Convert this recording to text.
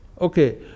Okay